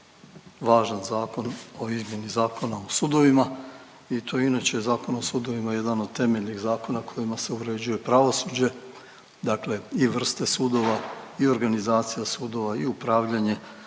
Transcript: važan zakon o izmjeni Zakona o sudovima i to je inače Zakona o sudovima jedan od temeljnih zakona kojima se uređuje pravosuđe, dakle i vrste sudova i organizacija sudova i upravljanje